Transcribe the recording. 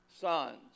sons